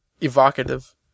evocative